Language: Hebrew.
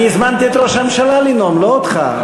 הזמנתי את ראש הממשלה לנאום, לא אותך.